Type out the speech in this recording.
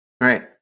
Right